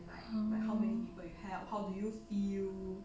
oh